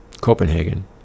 Copenhagen